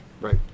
Right